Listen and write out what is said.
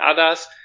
others